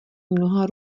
mnoha